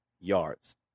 yards